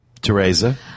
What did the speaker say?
Teresa